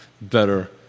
better